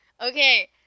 okay